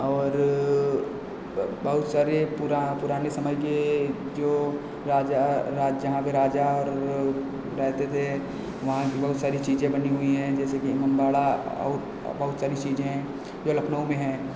और ब बहुत सारे पुरा पुराने समय के जो राजा राज्य जहाँ पर राजा और रहते थे वहाँ की बहुत सारी चीज़ें बनी हुई हैं जैसे की इमामबाड़ा और बहुत सारी चीज़ें हैं जो लखनऊ में है